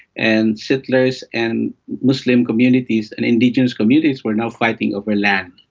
and settlers and muslim communities and indigenous communities were now fighting over land.